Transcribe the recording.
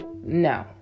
no